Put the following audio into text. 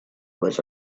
was